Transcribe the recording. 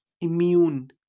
immune